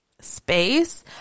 space